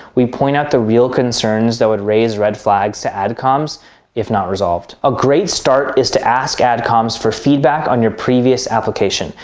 we point out the real concerns that would raise red flags to ad comms if not resolved. a great start is to ask ad comms for feedback on your previous application.